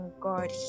god